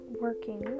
working